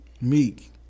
meek